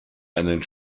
einen